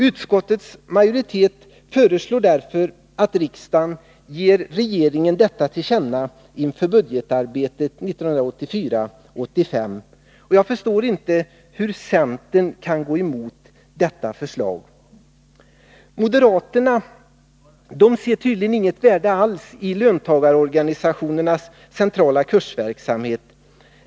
Utskottets majoritet föreslår därför att riksdagen ger regeringen detta till känna inför budgetarbetet för 1984/85. Jag förstår inte hur centern kan gå emot detta förslag. Moderaterna ser tydligen inget värde alls i löntagarorganisationernas centrala kursverksamhet.